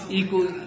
equal